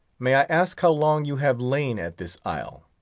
may i ask how long you have lain at this isle?